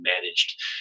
managed